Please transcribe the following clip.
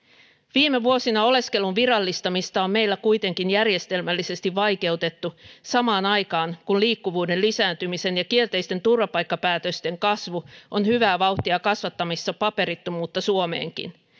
viime vuosina oleskelun virallistamista on meillä kuitenkin järjestelmällisesti vaikeutettu samaan aikaan kun liikkuvuuden lisääntymisen ja kielteisten turvapaikkapäätösten kasvu on hyvää vauhtia kasvattamassa paperittomuutta suomeenkin